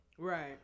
right